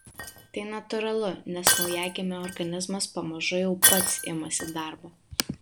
tai natūralu nes naujagimio organizmas pamažu jau pats imasi darbo